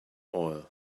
oil